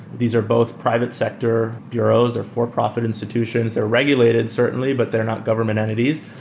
these are both private sector bureaus or for-profit institutions. they're regulated, certainly, but they're not government entities.